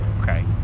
Okay